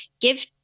give